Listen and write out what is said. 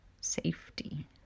Safety